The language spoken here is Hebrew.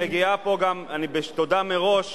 מגיעה פה גם תודה מראש